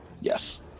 Yes